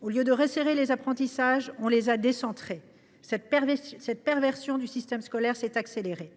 Au lieu de resserrer les apprentissages, on les a décentrés. Cette perversion du système scolaire s’est accélérée.